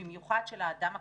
ובמיוחד של האדם הקטן,